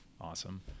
awesome